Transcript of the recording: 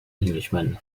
englishman